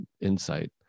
insight